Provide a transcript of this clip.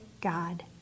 God